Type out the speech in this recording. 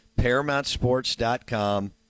ParamountSports.com